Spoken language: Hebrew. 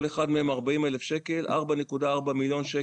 כל אחד מהם 40 אלף שקל - 4.4 מיליון שקל.